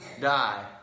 Die